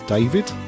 David